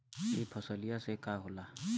ई फसलिया से का होला?